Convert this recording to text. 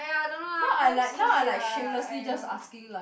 now I like now I like shamelessly just asking like